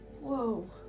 Whoa